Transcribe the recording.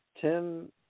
Tim